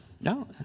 No